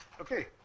okay